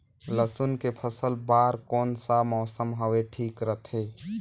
लसुन के फसल बार कोन सा मौसम हवे ठीक रथे?